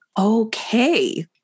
Okay